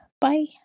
Bye